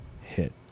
hit